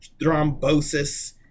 thrombosis